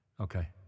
okay